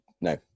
no